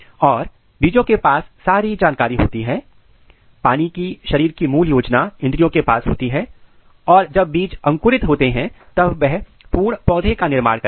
और बीजों के पास सारी जानकारी होती है पानी की शरीर की मूल योजना इंद्रियों के पास होती है और जब बीज अंकुरित होते हैं तब वह पूर्ण पौधे का निर्माण करते हैं